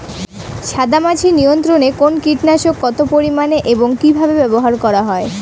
সাদামাছি নিয়ন্ত্রণে কোন কীটনাশক কত পরিমাণে এবং কীভাবে ব্যবহার করা হয়?